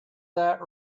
that